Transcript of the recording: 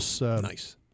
nice